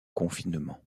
confinement